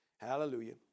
Hallelujah